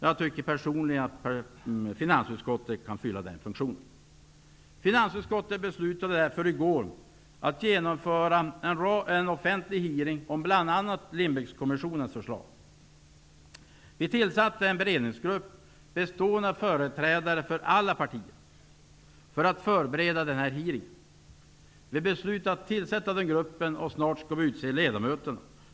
Jag tycker personligen att finansutskottet kan fylla den funktionen. Finansutskottet beslutade därför i går att genomföra en offentlig hearing om bl.a. Lindbeckkommissionens förslag. Vi tillsatte en beredningsgrupp bestående av företrädare för alla partier för att förbereda denna hearing. Vi beslutade att tillsätta gruppen, och snart skall vi utse ledamöterna.